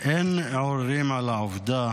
אין עוררין על העובדה